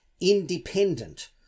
independent